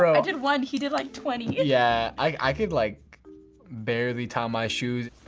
i did one. he did like twenty. yeah. i could like barely tie my shoes.